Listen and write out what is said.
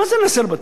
מה זה לנסר בתים?